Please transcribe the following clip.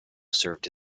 served